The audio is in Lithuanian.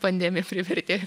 pandemija privertė